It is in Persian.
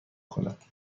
کند